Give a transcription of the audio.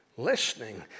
listening